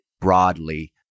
broadly